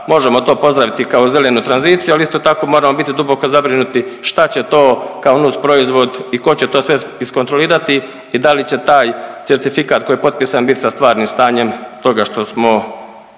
možemo to pozdraviti kao zelenu tranziciju ali isto tako moramo biti duboko zabrinuti šta će to kao nus proizvod i tko će sve to iskontrolirati i da li će taj certifikat koji je potpisan biti sa stvarnim stanjem toga što smo,